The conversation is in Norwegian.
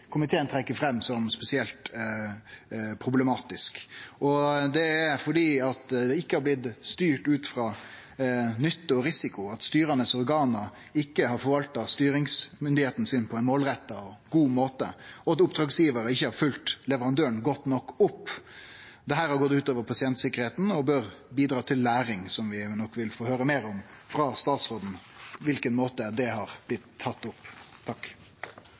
risiko, at styrande organ ikkje har forvalta styringsmyndigheita si på ein målretta og god måte, og at oppdragsgjevarar ikkje har følgt leverandøren godt nok opp. Dette har gått ut over pasientsikkerheita og bør bidra til læring, og vi vil nok få høyre meir frå statsråden om på kva måte det har blitt tatt opp. Takk